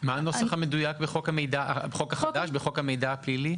מה הנוסח המדויק בחוק החדש, בחוק המידע הפלילי?